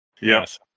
Yes